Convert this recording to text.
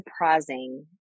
surprising